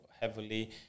heavily